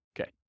Okay